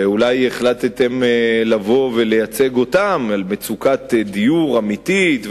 ואולי החלטתם לייצג אותם על מצוקת דיור אמיתית,